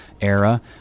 era